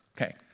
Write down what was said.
Okay